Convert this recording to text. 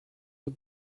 the